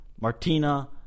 Martina